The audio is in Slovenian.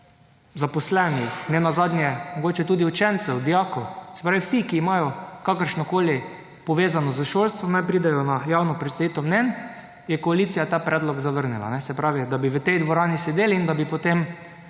zaposlenih, nenazadnje mogoče tudi učencev, dijakov, se pravi vsi, ki imajo kakršnokoli povezanost s šolstvom, naj pridejo na javno predstavitev mnenj, je koalicija ta predlog zavrnila, se pravi, da bi v tej dvorani sedeli in da bi potem